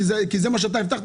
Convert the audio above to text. כי זה מה שאתה הבטחת,